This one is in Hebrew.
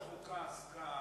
ועדת החוקה עסקה,